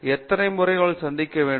எத்தனை முறை அவர்கள் சந்திக்க வேண்டும்